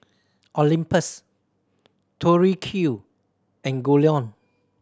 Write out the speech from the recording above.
Olympus Tori Q and Goldlion